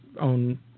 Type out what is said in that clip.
own